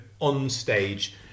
on-stage